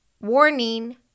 warning